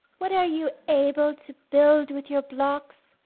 what are you able to build with your blocks?